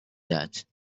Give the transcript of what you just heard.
that